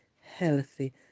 healthy